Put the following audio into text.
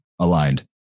aligned